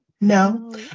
No